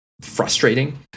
frustrating